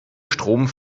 strom